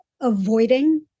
avoiding